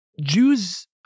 Jews